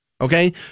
okay